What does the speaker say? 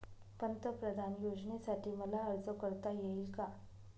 पंतप्रधान योजनेसाठी मला अर्ज करता येईल का?